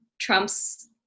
Trump's